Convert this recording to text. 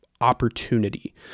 opportunity